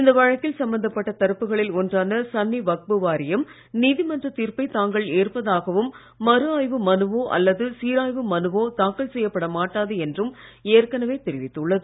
இந்த வழக்கில் சம்பந்தப்பட்ட தரப்புகளில் ஒன்றான சன்னி வக்ஃபு வாரியம் நீதிமன்றத் தீர்ப்பை தாங்கள் ஏற்பதாகவும் மறு ஆய்வு மனுவோ அல்லது சீராய்வு மனுவோ தாக்கல் செய்யப்பட மாட்டாது என்றும் ஏற்கனவே தெரிவித்துள்ளது